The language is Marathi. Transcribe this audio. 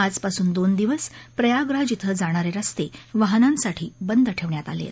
आज पासून दोन दिवस प्रयागराज इथं जाणारे रस्ते वाहनांसाठी बंद ठेवण्यात आले आहेत